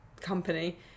company